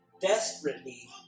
desperately